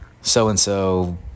so-and-so